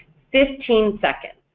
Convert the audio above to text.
fifteen seconds.